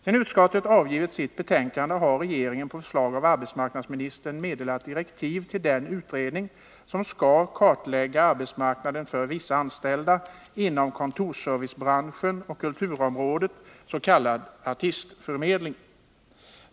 Sedan utskottet avgivit sitt betänkande har regeringen på förslag av arbetsmarknadsministern meddelat direktiv till den utredning som skall kartlägga arbetsmarknaden för vissa anställda inom kontorsservicebranschen och på kulturområdet, s.k. artistförmedling.